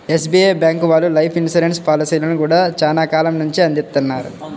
SBI bank వాళ్ళు life insurance పాలసీలను గూడా చానా కాలం నుంచే అందిత్తన్నారు